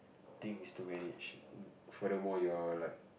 things to manage further more you're like